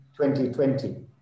2020